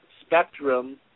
spectrum